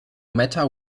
matter